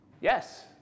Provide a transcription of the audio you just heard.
Yes